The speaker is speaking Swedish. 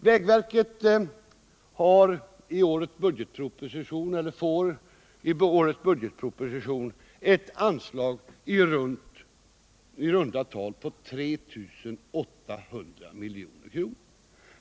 Vägverket får i årets budgetproposition ett anslag på i runt tal 3 800 milj.kr.